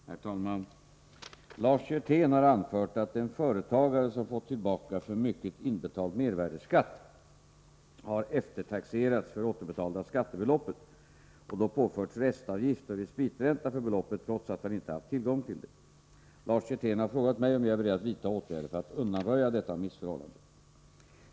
Herr talman! Lars Hjertén har anfört att en företagare, som fått tillbaka för mycket inbetald mervärdeskatt, eftertaxerats för det återbetalda skattebeloppet och då påförts restavgift och respitränta för beloppet, trots att haninte har haft tillgång till det. Lars Hjertén har frågat mig om jag är beredd att vidta åtgärder för att undanröja detta missförhållande.